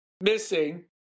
Missing